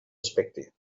aspecte